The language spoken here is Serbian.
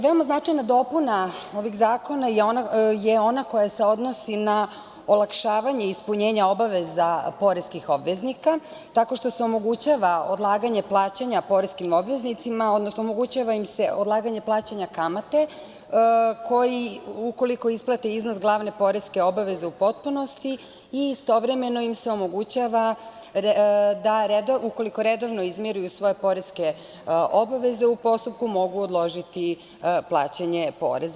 Veoma značajna dopuna ovih zakona je ona koja se odnosi na olakšavanje ispunjenja obaveza poreskih obveznika, tako što se omogućava odlaganje plaćanja poreskim obveznicima, odnosno omogućava im se odlaganje plaćanja kamate ukoliko isplate iznos glavne poreske obaveze u potpunosti i istovremeno im se omogućava, ukoliko redovno izmiruju svoje poreske obaveze u postupku mogu odložiti plaćanje poreza.